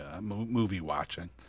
movie-watching